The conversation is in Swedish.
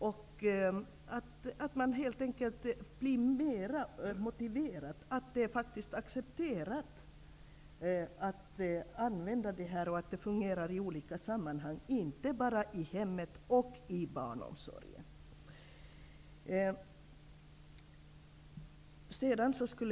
Man blir helt enkelt mer motiverad att använda hemspråket när det är mer accepterat och när man ser att språket fungerar i andra sammanhang, inte bara i hemmet och i barnomsorgen.